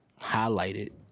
highlighted